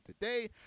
today